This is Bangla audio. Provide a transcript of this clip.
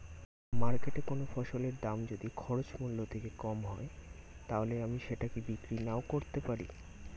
মার্কেটৈ কোন ফসলের দাম যদি খরচ মূল্য থেকে কম হয় তাহলে আমি সেটা কি বিক্রি নাকরতেও পারি?